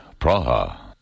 Praha